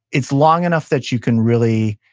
it's long enough that you can really,